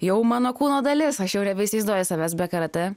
jau mano kūno dalis aš jau nebeįsivaizduoju savęs be karatė